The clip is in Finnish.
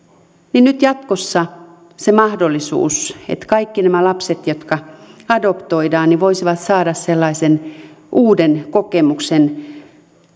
ja nyt jatkossa sekin mahdollisuus että kaikki nämä lapset jotka adoptoidaan voisivat saada sellaisen uuden kokemuksen